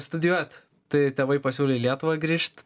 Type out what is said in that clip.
studijuot tai tėvai pasiūlė į lietuvą grįžt